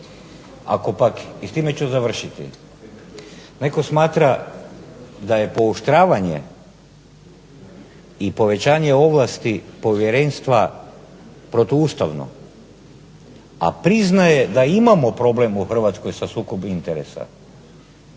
Ako pak i s time ću završiti, netko smatra da je pooštravanje i povećanje ovlasti povjerenstva protuustavno, a priznaje da imamo problem u Hrvatskoj sa sukobom interesa